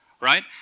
Right